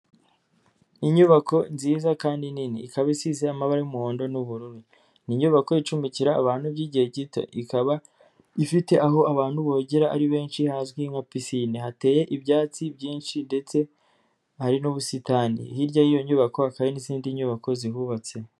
Inyubako nziza kandi nini, ikaba isize amaba y'umuhondo n'ubururu, ni inyubako icumbikira abantu by'igihe gito, ikaba ifite aho abantu bogera ari benshi hazwi nka pisine, hateye ibyatsi byinshi ndetse hari n'ubusitani, hirya y'iyo nyubako hakaba hari n'izindi nyubako zibubatse.